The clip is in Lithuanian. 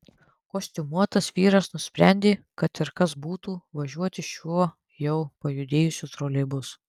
kostiumuotas vyras nusprendė kad ir kas būtų važiuoti šiuo jau pajudėjusiu troleibusu